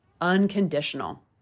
unconditional